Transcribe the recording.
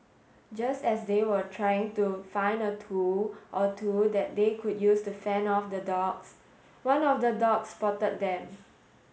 just as they were trying to find a tool or two that they could use to fend off the dogs one of the dogs spotted them